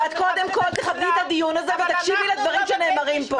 ואת קודם כל תכבדי את הדיון הזה ותקשיבי לדברים שנאמרים פה.